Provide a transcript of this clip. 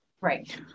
right